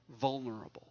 vulnerable